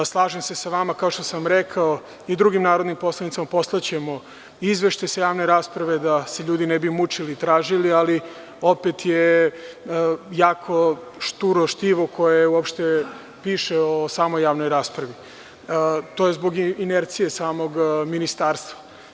Slažem se sa vama, kao što sam rekao, i drugim narodnim poslanicima, poslaćemo izveštaj sa javne rasprave da se ljudi ne bi mučili tražili, ali opet je jako šturo štivo koje uopšte piše o samoj javnoj raspravi, to je zbog inercije samog ministarstva.